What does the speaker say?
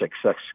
success